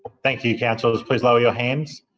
thank you, councillors please lower your hands.